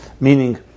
meaning